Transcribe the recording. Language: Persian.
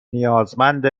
نیازمند